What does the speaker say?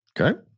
Okay